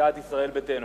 וסיעת ישראל ביתנו.